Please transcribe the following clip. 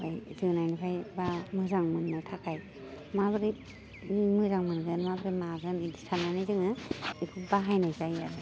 ओमफ्राय जोनायनिफ्राय बा मोजां मोननो थाखाय माबोरै बे मोजां मोनगोन माबोरै मागोन बिदि साननानै जोङो बेखौ बाहायनाय जायो आरो